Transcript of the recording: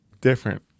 different